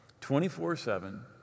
24-7